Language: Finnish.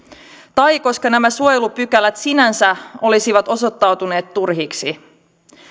tai koska nämä suojelupykälät sinänsä olisivat osoittautuneet turhiksi